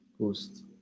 post